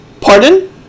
Pardon